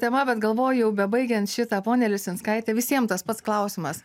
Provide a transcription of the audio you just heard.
tema bet galvoju bebaigiant šitą ponia lisinskaite visiem tas pats klausimas